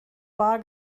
bar